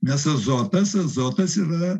nes azotas azotas yra